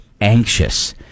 anxious